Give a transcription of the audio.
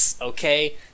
okay